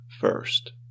first